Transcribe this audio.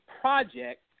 project